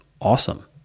awesome